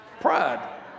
Pride